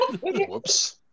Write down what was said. whoops